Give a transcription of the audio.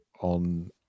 on